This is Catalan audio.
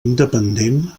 independent